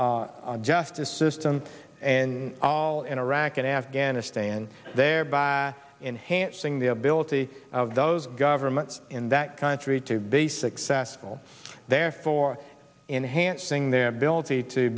civil justice system and all in iraq and afghanistan thereby enhancing the ability of those governments in that country to be successful therefore enhancing their ability to